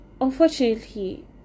unfortunately